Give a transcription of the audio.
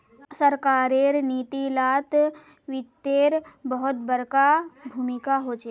सरकारेर नीती लात वित्तेर बहुत बडका भूमीका होचे